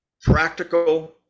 practical